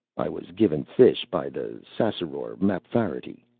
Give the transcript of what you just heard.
i was given fish by the ssassaror, mapfarity,